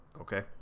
Okay